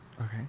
Okay